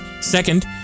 Second